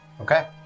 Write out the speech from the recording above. Okay